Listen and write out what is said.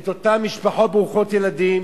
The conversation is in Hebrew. את אותן משפחות ברוכות ילדים,